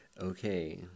Okay